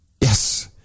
Yes